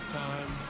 time